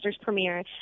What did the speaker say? premiere